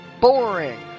Boring